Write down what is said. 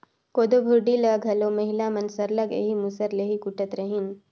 कोदो भुरडी ल घलो महिला मन सरलग एही मूसर ले ही कूटत रहिन